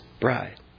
bride